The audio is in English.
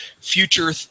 future